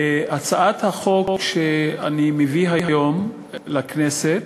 הצעת החוק שאני מביא היום לכנסת,